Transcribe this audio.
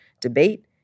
debate